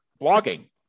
blogging